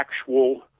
actual